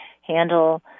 handle